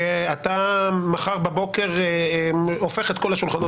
אתה מחר בבוקר הופך את כל השולחנות